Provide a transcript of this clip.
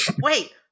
wait